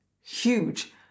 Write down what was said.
huge